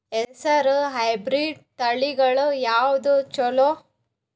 ಹೆಸರ ಹೈಬ್ರಿಡ್ ತಳಿಗಳ ಯಾವದು ಚಲೋ?